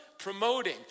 Promoting